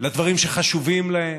לדברים שחשובים להם,